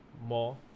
More